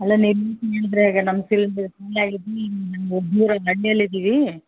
ಅಲ್ಲ ನಿಮ್ಮ ಸಿಲಿಂಡ್ರೇ ನಮ್ಮ ಸಿಲಿಂಡ್ರು